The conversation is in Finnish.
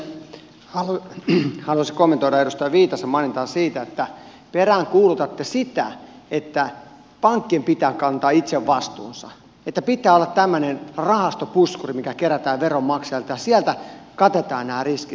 haluaisin kommentoida edustaja viitasen mainintaa siitä että peräänkuulutatte sitä että pankkien pitää kantaa itse vastuunsa että pitää olla tämmöinen rahastopuskuri mikä kerätään veronmaksajilta ja sieltä katetaan nämä riskit